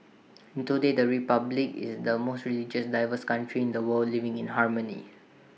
and today the republic is the most religiously diverse country in the world living in harmony